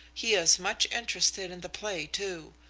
he is much interested in the play, too.